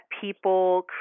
people